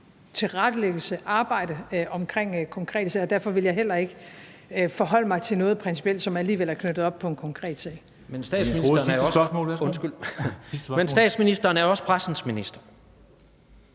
tilrettelæggelse af og arbejde med konkrete sager, og derfor vil jeg heller ikke forholde mig til noget principielt, som alligevel er knyttet op på en konkret sag. Kl. 14:28 Formanden (Henrik Dam Kristensen): Hr.